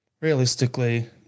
realistically